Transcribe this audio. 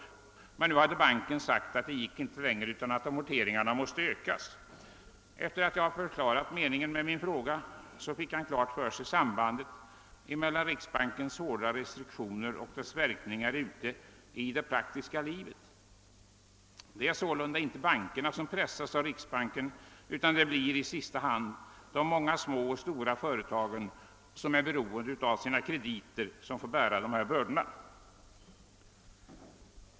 Nu hade emellertid banken sagt att detta inte gick längre utan att amorteringarna måste ökas. Efter det att jag redogjort för meningen med min interpellation fick han klart för sig sambandet mellan riksbankens hårda restriktioner och verkningarna ute i det praktiska livet. Det är sålunda inte bankerna som pressas av riksbanken, utan det blir i sista hand de många små och stora företagen som är beroende av sina krediter, som får bära bördorna.